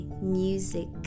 music